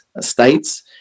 states